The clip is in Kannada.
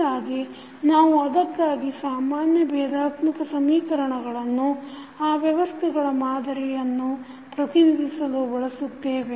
ಹೀಗಾಗಿ ನಾವು ಅದಕ್ಕಾಗಿ ಸಾಮಾನ್ಯ ಭೇದಾತ್ಮಕ ಸಮೀಕರಣಗಳನ್ನು ಆ ವ್ಯವಸ್ಥೆಗಳ ಮಾದರಿಯನ್ನು ಪ್ರತಿನಿಧಿಸಲು ಬಳಸುತ್ತೇವೆ